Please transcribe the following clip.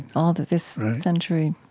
all that this century,